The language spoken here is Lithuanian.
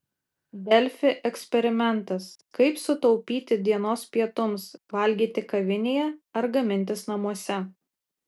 delfi eksperimentas kaip sutaupyti dienos pietums valgyti kavinėje ar gamintis namuose